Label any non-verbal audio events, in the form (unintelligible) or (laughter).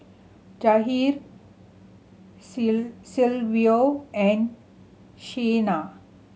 Jahir (unintelligible) Silvio and Shena